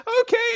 Okay